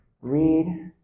read